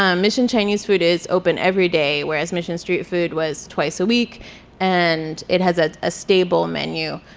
um mission chinese food is open every day, whereas mission street food was twice a week and it has ah a stable menu.